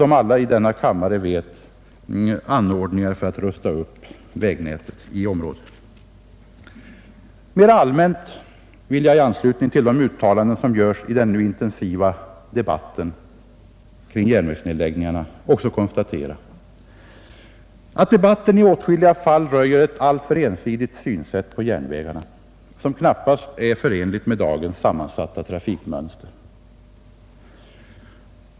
Mera allmänt vill jag i anslutning till de uttalanden som görs i den nu intensiva debatten kring järnvägsnedläggningarna också konstatera att debatten i åtskilliga fall röjer ett alltför ensidigt synsätt på järnvägarna, som knappast är förenligt med dagens sammansatta trafikmönster.